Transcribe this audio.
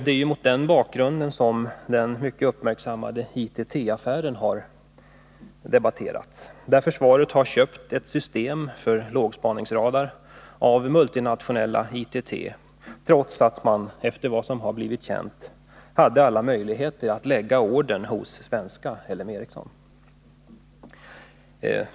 Det är ju mot den bakgrunden den mycket uppmärksammade ITT-affären har debatterats. Försvaret har köpt ett system för lågspaningsradar av multinationella ITT, trots att man efter vad som har blivit känt hade alla möjligheter att lägga ordern hos svenska L M Ericsson.